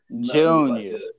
Junior